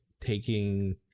taking